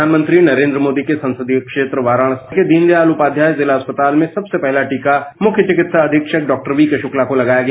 प्रधानमंत्री नरेन्द्र मोदी के संसदीय क्षेत्र वाराणसी के दीन दयाल उपाध्याय जिला अस्पताल में सबसे पहला टीका मुख्य चिकित्सा अधीक्षक डॉ वी के शुक्ला को लगाया गया